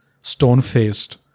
stone-faced